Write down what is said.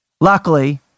Luckily